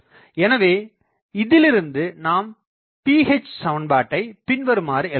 எனவே இதிலிருந்து நாம் Phசமன்பாட்டைப் பின்வருமாறு எழுதலாம்